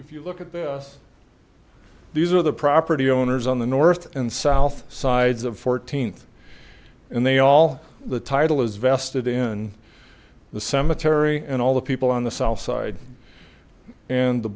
if you look at this these are the property owners on the north and south sides of fourteenth and they all the title is vested in the cemetery and all the people on the south side and the